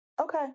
Okay